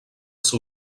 seu